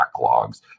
backlogs